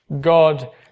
God